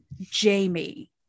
Jamie